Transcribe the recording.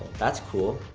that's cool.